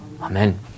Amen